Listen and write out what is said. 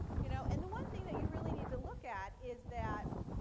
you know and the one thing that you really need to look at is that